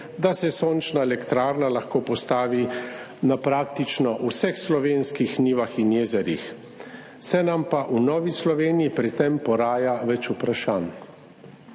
da se sončna elektrarna lahko postavi na praktično vseh slovenskih njivah in jezerih. Se nam pa v Novi Sloveniji pri tem poraja več vprašanj.